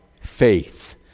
faith